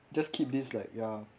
just keep this like ya